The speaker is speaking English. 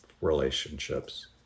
relationships